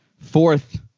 fourth